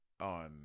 on